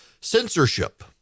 Censorship